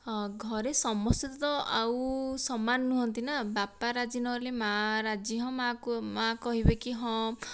ହଁ ଘରେ ସମସ୍ତେ ତ ଆଉ ସମାନ ନୁହଁନ୍ତି ନା ବାପା ରାଜି ନ ହେଲେ ମା ରାଜି ହଁ ମା କୁ ମା କହିବେ କି ହଁ